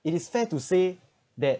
it is fair to say that